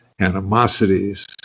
animosities